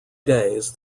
days